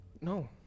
No